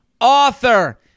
author